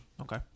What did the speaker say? Okay